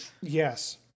yes